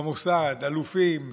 במוסד, אלופים,